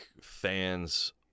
fans